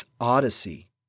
Odyssey